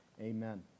amen